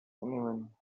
anyone